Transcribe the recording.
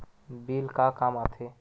Bill का काम आ थे?